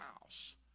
house